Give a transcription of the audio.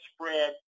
spread